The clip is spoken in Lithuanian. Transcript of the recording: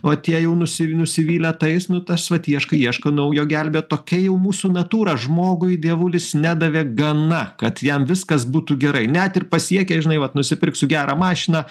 o tie jau nusi nusivylę tais nu tas vat ieškai ieškai naujo gelbėto tokia jau mūsų natūra žmogui dievulis nedavė gana kad jam viskas būtų gerai net ir pasiekę žinai vat nusipirksiu gerą mašiną